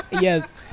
Yes